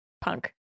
punk